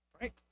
right